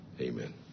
Amen